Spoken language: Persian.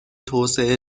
توسعه